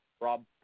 Rob